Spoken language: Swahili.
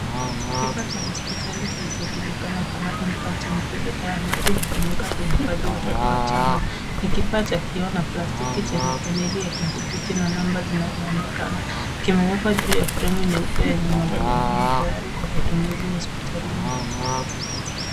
Kifaa cha hospitali kilicho julikana kama infant incubator ambacho hutumika kuhifadhi watoto wachanga. Ni kifaa cha kioo na plastiki chenye paneli ya kuthibiti na namba zinazo zinazoonekana. Kimewekwa juu ya fremu nyeupe yenye magurudumu tayari kwa matumizi hospitalini.